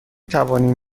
توانیم